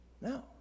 No